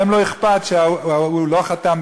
ולהם לא אכפת שהוא לא חתם,